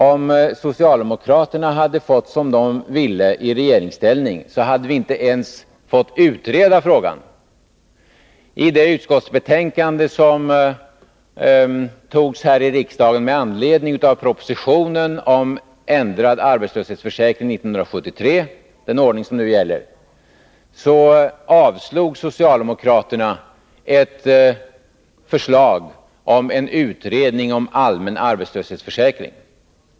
Om socialdemokraterna hade fått som de ville i regeringsställning, hade vi inte ens fått utreda frågan. I det betänkande som riksdagen hade att behandla med anledning av propositionen om ändrad arbetslöshetsförsäkring 1973 — den ordning som nu gäller — ville socialdemokraterna avslå ett förslag om en utredning om allmän arbetslöshetsförsäkring.